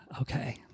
okay